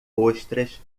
ostras